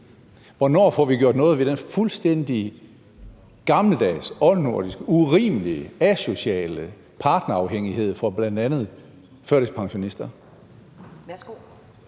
Hvornår får vi gjort noget ved den fuldstændig gammeldags, oldnordiske, urimelige, asociale partnerafhængighed for bl.a. førtidspensionister?